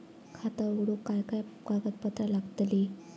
खाता उघडूक काय काय कागदपत्रा लागतली?